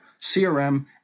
CRM